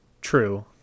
True